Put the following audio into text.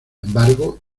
embargo